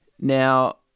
now